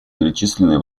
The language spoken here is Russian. перечислены